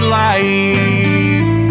life